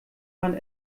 man